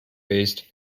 based